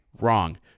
Wrong